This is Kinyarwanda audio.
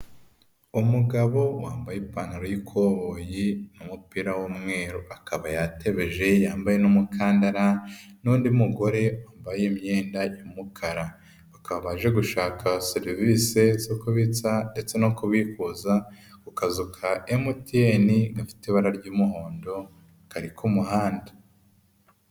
Umugabo wambaye ipantaro y'ikoboyi n'umupira w'umweru, akaba yatebeje yambaye n'umukandara, n'undi mugore wambaye imyenda y'umukara, bakaba baje gushaka serivisi zo kubitsa ndetse no ku bifuza ku kazu ka MTN gafite ibara ry'umuhondo kari ku muhanda.